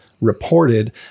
reported